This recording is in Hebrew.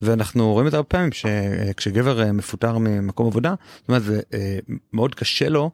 ואנחנו רואים את זה הרבה הפעמים שכשגבר מפוטר ממקום עבודה זה מאוד קשה לו